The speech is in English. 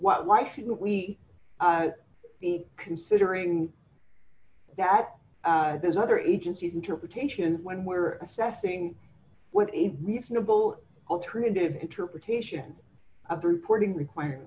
why shouldn't we be considering that there's other agencies interpretation when we're assessing what a reasonable alternative interpretation of the reporting require